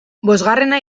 bosgarrena